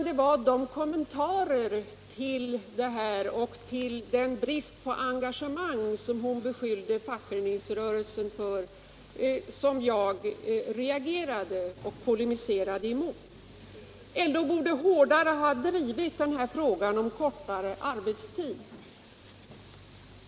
Det var hennes kommentarer till detta och hennes beskyllning mot fackföreningsrörelsen för brist på engagemang som jag reagerade och polemiserade mot. Fröken Andersson menade att LO hårdare borde ha drivit frågan om kortare arbetstid.